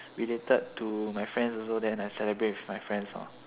related to my friends also than I celebrate with my friends lor